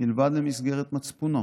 מלבד למסגרת מצפונו.